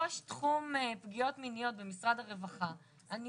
ראש תחום פגיעות מיניות במשרד הרווחה,